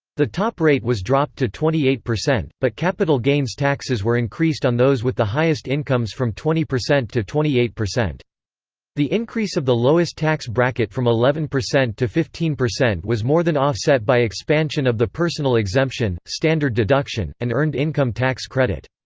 the top rate was dropped to twenty eight, but capital gains taxes were increased on those with the highest incomes from twenty percent to twenty eight. the increase of the lowest tax bracket from eleven percent to fifteen percent was more than offset by expansion of the personal exemption, standard deduction, and earned income tax credit.